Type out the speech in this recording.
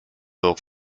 book